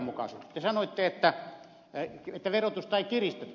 te sanoitte että verotusta ei kiristetä